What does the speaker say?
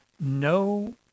no